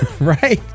Right